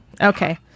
okay